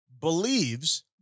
believes